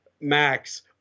Max